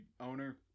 owner